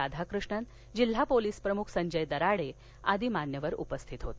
राधाकृष्णन जिल्हा पोलीस प्रमुख संजय दराडे आदी मान्यवर उपस्थित होते